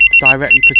directly